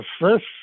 first